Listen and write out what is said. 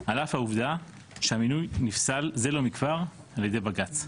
על אף העובדה שהמינוי נפסל זה לא מכבר על ידי בג"צ.